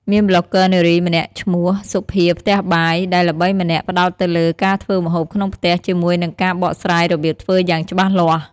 មានប្លុកហ្គើនារីម្នាក់ឈ្មោះ សុភាផ្ទះបាយ ដែលល្បីម្នាក់ផ្តោតទៅលើការធ្វើម្ហូបក្នុងផ្ទះជាមួយនឹងការបកស្រាយរបៀបធ្វើយ៉ាងច្បាស់លាស់។